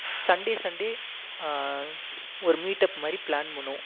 Sunday Sunday ஒரு meetup மாதிரி plan பண்ணுவோம்